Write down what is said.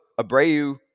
Abreu